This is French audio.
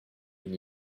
une